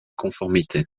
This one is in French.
conformité